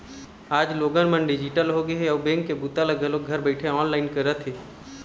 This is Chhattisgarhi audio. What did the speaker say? आज लोगन मन डिजिटल होगे हे अउ बेंक के बूता ल घलोक घर बइठे ऑनलाईन करत हे